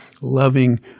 loving